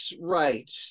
right